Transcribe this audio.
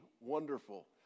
wonderful